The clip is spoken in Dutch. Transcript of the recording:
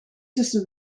tussen